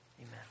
Amen